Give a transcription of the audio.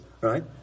right